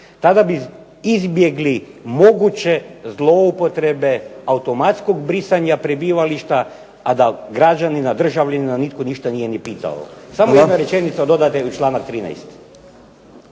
Tada bi izbjegli moguće zloupotrebe automatskog brisanja prebivališta, a da građanina, državljanina nitko ništa nije ni pitao. Samo jedna rečenica doda u članak 13.